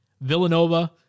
Villanova